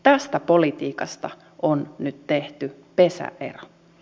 tästä politiikasta on nyt tehty pesäero